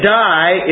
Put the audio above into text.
die